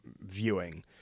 viewing